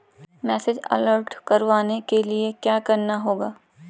Message alert करवाने के लिए क्या करना होगा?